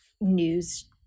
news